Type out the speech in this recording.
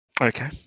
Okay